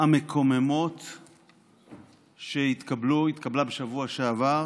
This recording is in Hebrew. המקוממות שהתקבלו, התקבלה בשבוע שעבר,